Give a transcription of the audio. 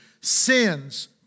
Sins